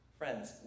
Friends